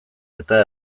eta